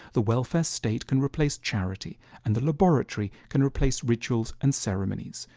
the welfare state can replace charity, and the laboratory can replace rituals and ceremonies.